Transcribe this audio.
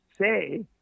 say